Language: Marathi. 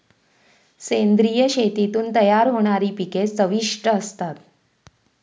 सेंद्रिय शेतीतून तयार होणारी पिके चविष्ट असतात